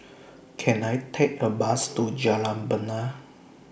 Can I Take A Bus to Jalan Bena